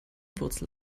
wurzel